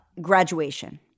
graduation